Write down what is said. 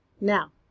Now